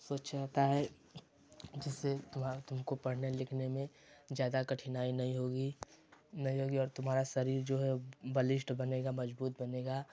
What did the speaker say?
स्वच्छ रहता है जिससे तुमको पढ़ने लिखने में ज़्यादा कठिनाई नहीं होगी नहीं होगी और तुम्हारा शरीर जो है बलिष्ठ बनेगा मज़बूत बनेगा